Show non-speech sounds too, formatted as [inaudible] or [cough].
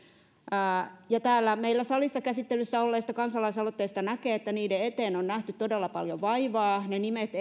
täällä meillä salissa käsittelyssä olleista kansalaisaloitteista näkee että niiden eteen on nähty todella paljon vaivaa ne nimet [unintelligible]